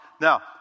Now